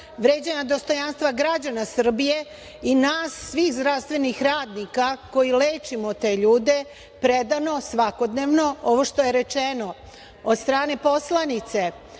vređanja dostojanstva građana Srbije i svih zdravstvenih radnika koji lečimo te ljude predano, svakodnevno. Ovo što je rečeno od strane poslanice,